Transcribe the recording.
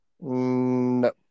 No